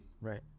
Right